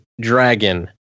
dragon